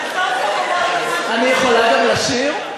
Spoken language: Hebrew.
אני יכולה גם לשיר?